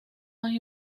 más